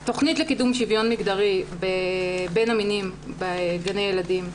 תכנית לקידום שוויון מגדרי בין המינים בגני ילדים.